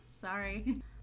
Sorry